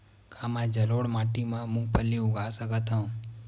का मैं जलोढ़ माटी म मूंगफली उगा सकत हंव?